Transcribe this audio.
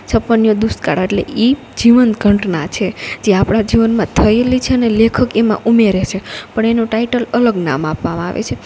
છપ્પનીયો દુષ્કાળ અટલે ઈ જીવંત ઘટના છે જે આપડા જીવનમાં થયેલી છે ને લેખક એમાં ઉમેરે છે પણ એનો ટાઈટલ અલગ નામ આપવામાં આવે છે